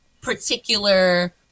Particular